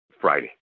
Friday